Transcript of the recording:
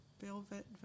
velvet